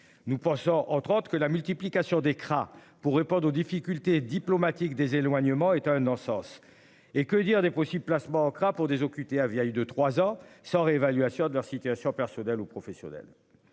Nous pensons en 30 que la multiplication des craint pour répondre aux difficultés diplomatiques des éloignements est un non-sens et que dire des possibles placement manquera pour des OQTF vieille de 3 ans sans réévaluation de leur situation personnelle ou professionnelle.